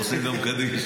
ועושים גם קדיש.